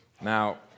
Now